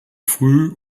früh